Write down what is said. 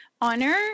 honor